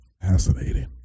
Fascinating